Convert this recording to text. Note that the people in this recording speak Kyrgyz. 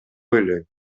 ойлойм